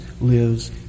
lives